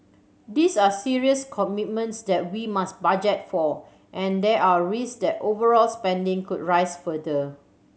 these are serious commitments that we must budget for and there are risk that overall spending could rise further